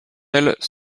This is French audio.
elles